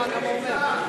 שמעת מה הוא אומר?